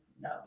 No